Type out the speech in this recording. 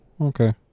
Okay